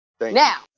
Now